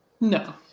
No